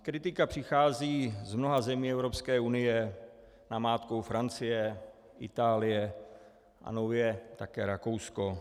Kritika přichází z mnoha zemí Evropské unie, namátkou Francie, Itálie a nově také Rakousko.